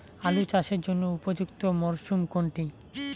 আলু চাষের জন্য উপযুক্ত মরশুম কোনটি?